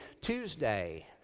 Tuesday